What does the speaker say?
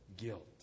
Guilt